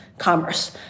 commerce